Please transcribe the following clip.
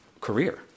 career